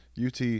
UT